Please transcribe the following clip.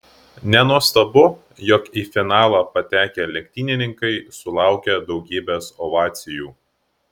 nenuostabu jog į finalą patekę lenktynininkai sulaukė daugybės ovacijų